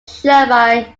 shown